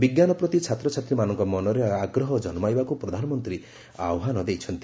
ବିଜ୍ଞାନ ପ୍ରତି ଛାତ୍ରଛାତ୍ରୀମାନଙ୍କ ମନରେ ଆଗ୍ରହ ଜନ୍ମାଇବାକୁ ପ୍ରଧାନମନ୍ତ୍ରୀ ଆହ୍ୱାନ ଦେଇଛନ୍ତି